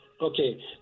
okay